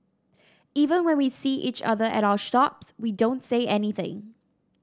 even when we see each other at our shops we don't say anything